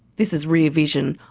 this is rear vision,